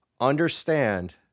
Understand